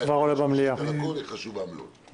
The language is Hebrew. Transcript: ולכן, היא חשובה מאוד.